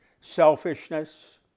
selfishness